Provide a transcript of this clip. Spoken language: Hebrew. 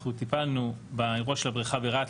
אנחנו טיפלנו באירוע של הבריכה בהרט.